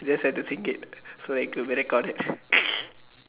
just have to think it so very correct call it